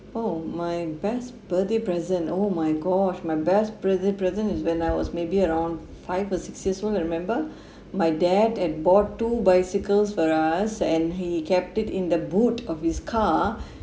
oh my best birthday present oh my gosh my best birthday present is when I was maybe around five or six years one I remember my dad had bought two bicycles for us and he kept it in the boot of his car